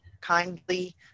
kindly